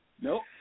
Nope